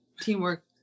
teamwork